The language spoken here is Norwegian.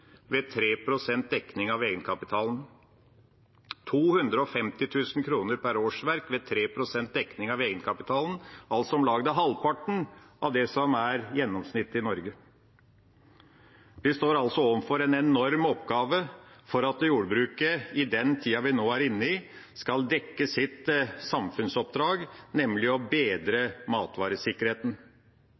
ved 3 pst. dekning av egenkapitalen – 250 000 kr per årsverk ved 3 pst. dekning av egenkapitalen, altså om lag halvparten av det som er gjennomsnittet i Norge. Vi står altså overfor en enorm oppgave for at jordbruket i den tida vi nå er inne i, skal dekke sitt samfunnsoppdrag, nemlig å bedre matvaresikkerheten.